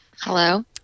Hello